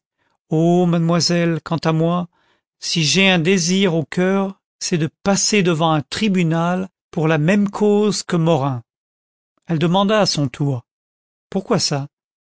oh mademoiselle quant à moi si j'ai un désir au coeur c'est de passer devant un tribunal pour la même cause que morin elle demanda à son tour pourquoi ça